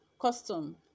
custom